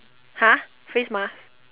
!huh! face mask